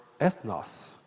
ethnos